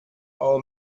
all